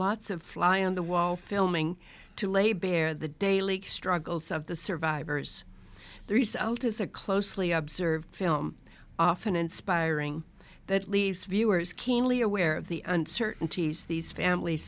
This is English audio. lots of fly on the wall filming to lay bare the daily struggles of the survivors the result is a closely observed film often inspiring that leaves viewers keenly aware of the uncertainties these families